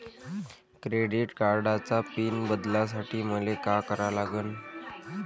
Credit कार्डाचा PIN बदलासाठी मले का करा लागन?